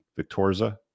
victorza